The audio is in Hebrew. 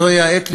זו העת לפעול.